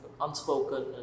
unspoken